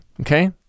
okay